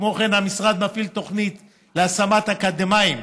כמו כן, המשרד מפעיל תוכנית להשמת אקדמאים